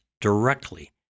directly